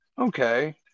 Okay